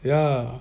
ya